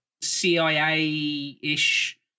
CIA-ish